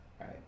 right